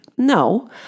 No